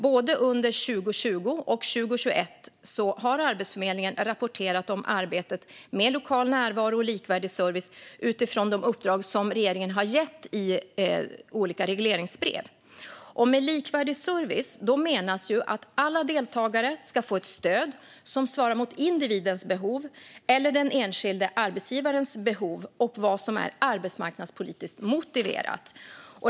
Både under 2020 och 2021 har Arbetsförmedlingen rapporterat om arbetet med lokal närvaro och likvärdig service utifrån de uppdrag som regeringen har gett i olika regleringsbrev. Med likvärdig service menas att alla deltagare ska få ett stöd som svarar mot individens behov eller den enskilda arbetsgivarens behov och vad som är arbetsmarknadspolitiskt motiverat.